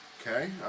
Okay